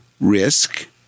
risk